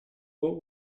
what